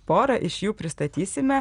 porą iš jų pristatysime